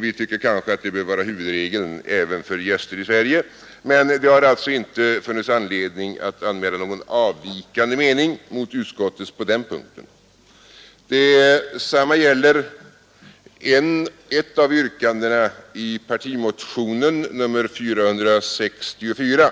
Vi tycker att det bör vara huvudregeln även för gäster i Sverige. Men vi har inte funnit anledning anmäla någon avvikande mening emot utskottet på den punkten. Detsamma gäller ett av yrkandena i partimotionen 464,